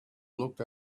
looked